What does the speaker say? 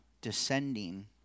descending